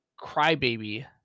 crybaby